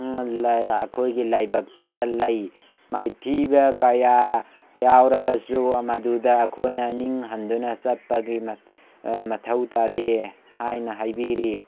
ꯑꯩꯈꯣꯏꯒꯤ ꯂꯥꯏꯕꯛꯇ ꯂꯩ ꯃꯥꯏꯊꯤꯕ ꯀꯌꯥ ꯌꯥꯎꯔꯕꯁꯨ ꯃꯗꯨꯗ ꯑꯩꯈꯣꯏꯅ ꯅꯤꯡ ꯍꯟꯗꯨꯅ ꯆꯠꯄꯒꯤ ꯃꯊꯧ ꯇꯥꯗꯦ ꯍꯥꯏꯅ ꯍꯥꯏꯕꯤꯔꯤ